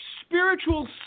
spiritual